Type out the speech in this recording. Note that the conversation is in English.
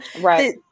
right